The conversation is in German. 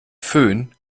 föhn